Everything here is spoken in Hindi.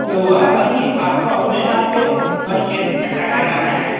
तो वह अभी आपको अपने नाम पे वह खेत पट्टा कराना है